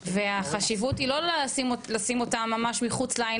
והחשיבות היא לא לשים אותם ממש מחוץ לעין